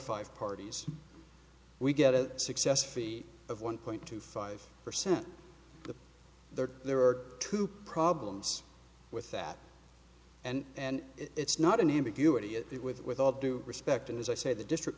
five parties we get a success feet of one point two five percent there are two problems with that and it's not an ambiguity it with all due respect and as i say the district